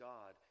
God